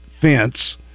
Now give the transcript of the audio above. fence